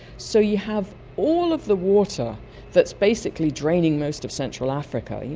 so you have all of the water that's basically draining most of central africa, you